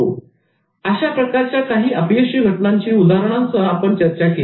यानंतर अशा प्रकारच्या काही अपयशी घटनांची उदाहरणांसह आपण चर्चा केली